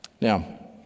Now